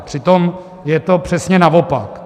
Přitom je to přesně naopak.